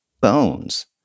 bones